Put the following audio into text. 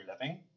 living